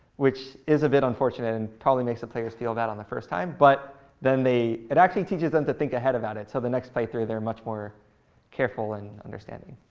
which is a bit unfortunate and probably makes the players feel bad on the first time. but then they it actually teaches them to think ahead about it. so the next playthrough, they're much more careful and understanding.